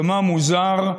כמה מוזר,